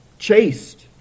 Chased